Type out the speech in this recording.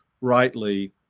rightly